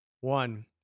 One